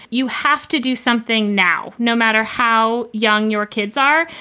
you have to do something now, no matter how young your kids are.